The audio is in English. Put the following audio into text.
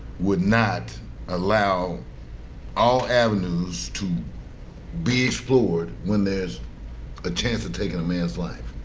would not allow all avenues to be explored when there's a chance of taking a man's life.